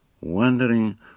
wondering